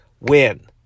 win